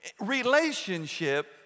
Relationship